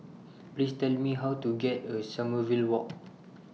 Please Tell Me How to get A Sommerville Walk